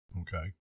Okay